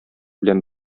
белән